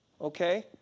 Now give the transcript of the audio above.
Okay